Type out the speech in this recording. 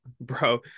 bro